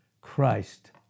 Christ